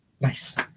Nice